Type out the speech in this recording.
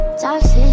toxic